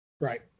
Right